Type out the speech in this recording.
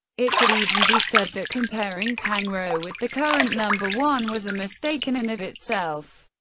it could even be said that comparing tang rou with the current number one was a mistake in and of itself.